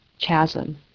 chasm